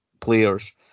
players